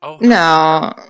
No